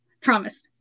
promise